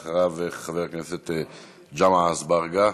אחריו, חבר הכנסת ג'מעה אזברגה,